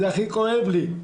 זה הכי כואב לי.